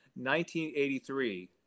1983